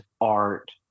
art